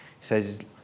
says